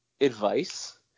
advice